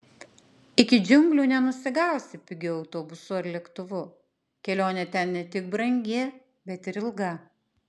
iki džiunglių nenusigausi pigiu autobusu ar lėktuvu kelionė ten ne tik brangi bet ir ilga